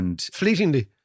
Fleetingly